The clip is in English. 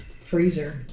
freezer